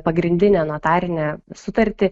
pagrindinę notarinę sutartį